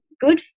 good